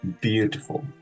Beautiful